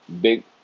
Big